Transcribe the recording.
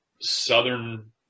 southern